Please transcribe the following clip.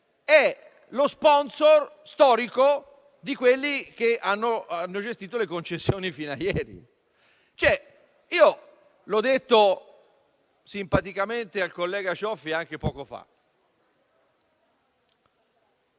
è lo *sponsor* storico di chi ha gestito le concessioni fino a ieri. L'ho detto simpaticamente al collega Cioffi anche poco fa.